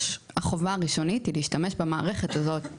החובה הראשונית היא להשתמש במערכת הזאת,